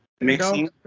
mixing